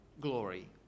glory